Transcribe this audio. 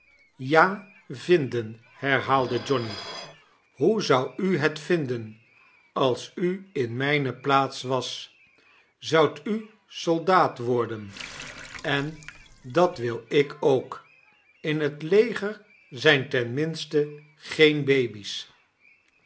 ja vinden herhaalde johnny hoe zou u het vinden als u in mijne plaats was zoudt u soldaat wordem en dat wil ik ook i in hot leger zrjh ten minste geen baby's